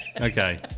Okay